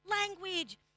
language